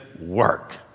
work